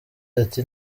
ati